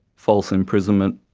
false imprisonment,